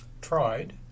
tried